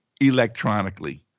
electronically